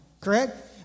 correct